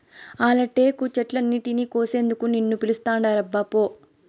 ఆల టేకు చెట్లన్నింటినీ కోసేందుకు నిన్ను పిలుస్తాండారబ్బా పో